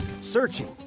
searching